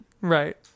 Right